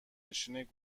نشین